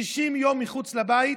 60 יום מחוץ לבית.